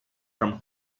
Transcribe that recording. from